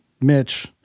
Mitch